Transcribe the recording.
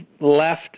left